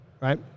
Right